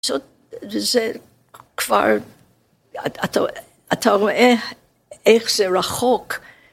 זאת ‫זה כבר... אתה ‫אתה רואה איך זה רחוק.